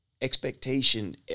expectation